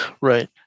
right